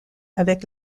avec